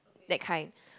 that kind